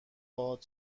باهات